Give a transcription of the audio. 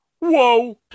Whoa